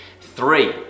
three